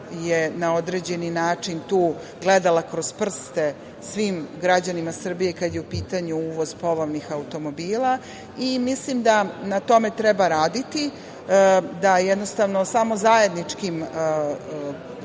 na određeni način tu gledala kroz prste svim građanima Srbije kada je u pitanju uvoz polovnih automobila. Mislim da na tome treba raditi, da samo zajedničkim radom